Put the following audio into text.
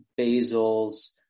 basils